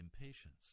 impatience